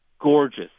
gorgeous